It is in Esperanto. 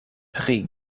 pri